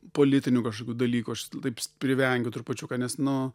politinių kažkokių dalykų aš taip privengiu trupučiuką nes nu